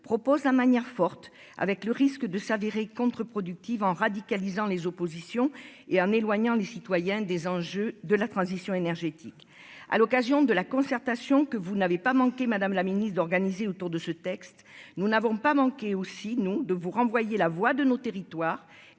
propose la manière forte avec le risque de s'avérer contre-productive en radicalisant les oppositions et en éloignant les citoyens des enjeux de la transition énergétique à l'occasion de la concertation que vous n'avez pas manqué, Madame la Ministre d'organisé autour de ce texte, nous n'avons pas manquer aussi non de vous renvoyer la voix de nos territoires,